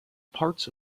parts